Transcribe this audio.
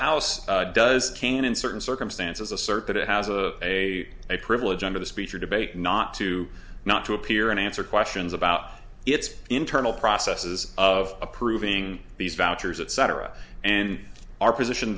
house does can in certain circumstances assert that it has a a a privilege under the speech or debate not to not to appear and answer questions about its internal processes of approving these vouchers etc and our position